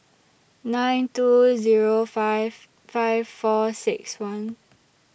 nine two Zero five five four six one